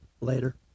later